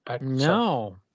No